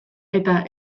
eta